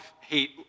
hate